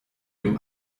dem